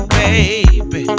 baby